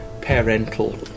parental